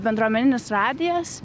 bendruomeninis radijas